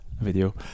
video